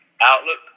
Outlook